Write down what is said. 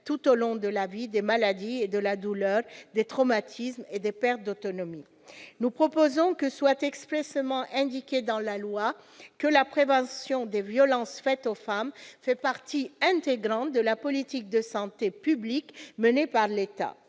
tout au long de la vie, des maladies et de la douleur, des traumatismes et des pertes d'autonomie. Nous proposons que soit expressément inscrit dans la loi que la prévention des violences faites aux femmes fait partie intégrante de la politique de santé publique menée par l'État.